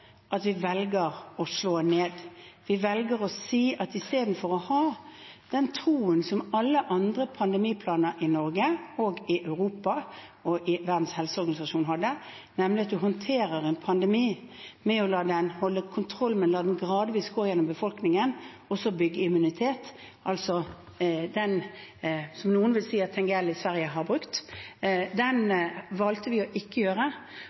at vi velger å slå smitten ned. Vi valgte det i stedet for å ha den troen som alle andre pandemiplaner i Norge, i Europa og i Verdens helseorganisasjon hadde, nemlig at vi håndterer en pandemi med å holde kontroll, men la smitten gradvis gå gjennom befolkningen og så bygge immunitet – altså den måten noen vil si at Tegnell i Sverige har brukt. Det valgte vi ikke å gjøre,